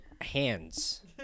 hands